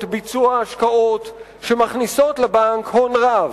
וביצוע השקעות שמכניסות לבנק הון רב.